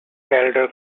calder